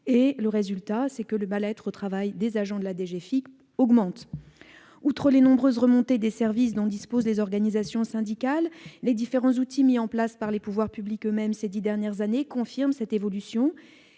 Le résultat, c'est que le mal-être au travail des agents de la DGFiP s'accroît. Outre les nombreuses remontées des services dont disposent les organisations syndicales, les différents outils mis en place par les pouvoirs publics eux-mêmes ces dix dernières années confirment cette évolution